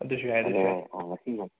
ꯑꯗꯨꯁꯨ ꯌꯥꯏ ꯑꯗꯨꯁꯨ ꯌꯥꯏ